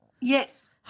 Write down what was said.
Yes